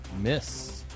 Miss